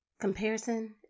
Comparison